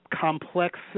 complex